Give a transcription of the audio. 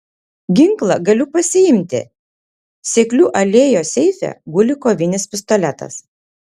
ginklą galiu pasiimti seklių alėjos seife guli kovinis pistoletas